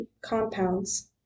compounds